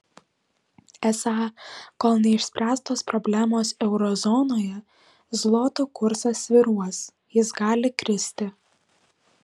esą kol neišspręstos problemos euro zonoje zloto kursas svyruos jis gali kristi